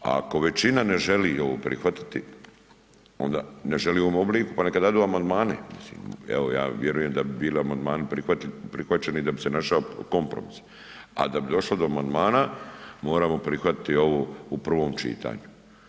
A ako većina ne želi ovo prihvatiti onda, ne želi u ovom obliku, pa neka dadu amandmane, mislim, evo ja vjerujem da bi bili amandmani prihvaćeni i da bi se našao kompromis, a da bi došlo do amandmana, moramo prihvatiti ovo u prvom čitanju.